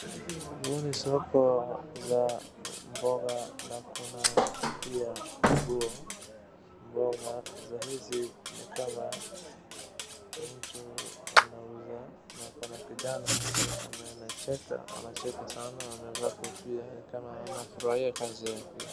Huu ni soko ya kuuza mboga na kuna pia nguo, mboga hizi ni kama mtu anauza na kuna kijana hapo ambaye anacheka kuna anacheka sana amevaa kofia ni kama anafurahia kazi.